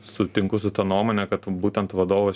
sutinku su ta nuomone kad būtent vadovas